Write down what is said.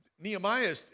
Nehemiah